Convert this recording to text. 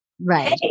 Right